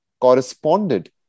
corresponded